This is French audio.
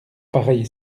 pareille